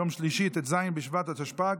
יום שלישי ט"ז בשבט התשפ"ג,